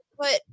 put